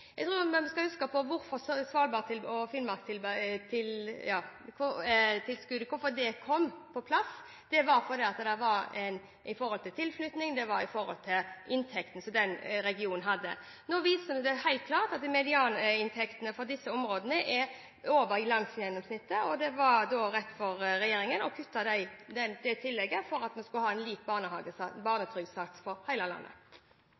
Jeg tror vi skal huske på hvorfor svalbardtillegget og finnmarkstillegget kom på plass. Det var på grunn av tilflytting, og på grunn av den inntekten som de regionene hadde. Nå er det helt klart at medianinntekten for disse områdene er over landsgjennomsnittet, og det var da rett for regjeringen å kutte det tillegget for at vi skulle ha en lik barnetrygdsats for hele landet.